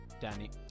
Danny